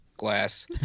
glass